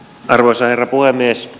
arvoisa herra puhemies